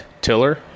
tiller